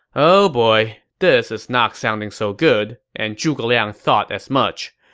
oh boy. this is not sounding so good, and zhuge liang thought as much.